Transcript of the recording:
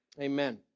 Amen